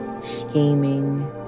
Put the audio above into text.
scheming